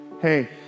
Hey